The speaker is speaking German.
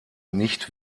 nicht